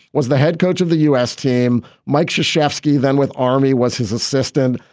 was the head coach of the u s. team. mike shuster chayefsky than with ami was his assistant.